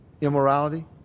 immorality